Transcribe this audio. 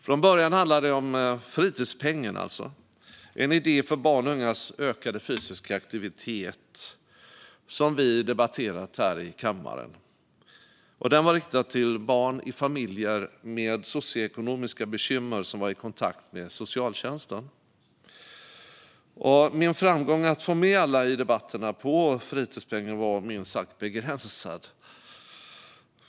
Från början handlade det om fritidspengen, en idé för barns och ungas ökade fysiska aktivitet som vi debatterat här i kammaren. Den var riktad till barn i familjer med socioekonomiska bekymmer som var i kontakt med socialtjänsten. Min framgång med att i debatterna få med alla på fritidspengen var minst sagt begränsad.